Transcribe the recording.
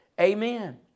amen